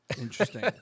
Interesting